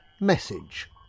message